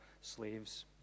Slaves